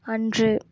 அன்று